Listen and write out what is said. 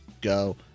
go